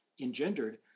engendered